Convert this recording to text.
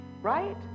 Right